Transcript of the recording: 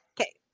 Okay